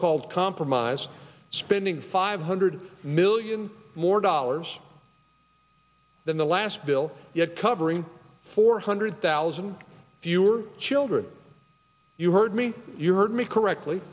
called compromise spending five hundred million more dollars than the last bill yet covering four hundred thousand fewer children you heard me you heard me correctly